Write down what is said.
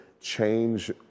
change